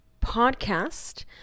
podcast